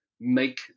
make